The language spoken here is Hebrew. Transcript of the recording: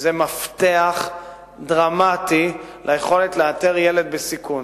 וזה מפתח דרמטי ליכולת לאתר ילד בסיכון.